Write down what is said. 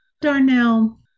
Darnell